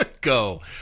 go